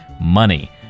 money